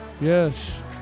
Yes